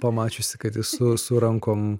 pamačiusi kad jis su su rankom